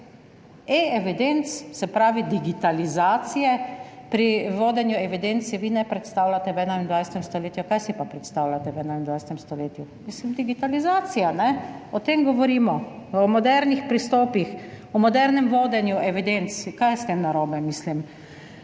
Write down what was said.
E-evidenc, se pravi digitalizacije pri vodenju evidenc si vi ne predstavljate v 21. stoletju. Kaj si pa predstavljate v 21. stoletju? Mislim, digitalizacija, o tem govorimo o modernih pristopih, o modernem vodenju evidenc. Kaj je s tem narobe? Mislim,